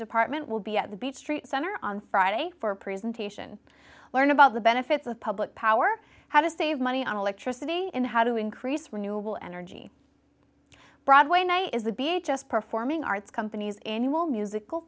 department will be at the beech tree center on friday for presentation learn about the benefits of public power how to save money on electricity and how to increase renewable energy broadway night is a beat just performing arts company's annual musical